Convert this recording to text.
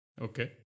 Okay